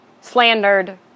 Slandered